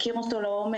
מכיר אותו לעומק,